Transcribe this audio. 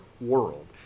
world